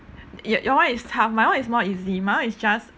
y~ your [one] is half my [one] is more easy my [one] is just